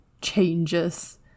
changes